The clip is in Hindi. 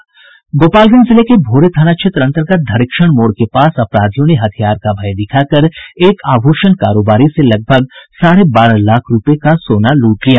गोपालगंज जिले के भोरे थाना क्षेत्र अन्तर्गत धरीक्षण मोड़ के पास अपराधियों ने हथियार का भय दिखाकर एक आभूषण कारोबारी से लगभग साढ़े बारह लाख रूपये का सोना लूट लिया